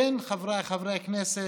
כן, חבריי חברי הכנסת,